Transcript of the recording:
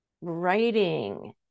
writing